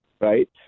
right